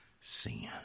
sin